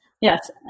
Yes